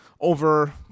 Over